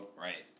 right